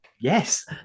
Yes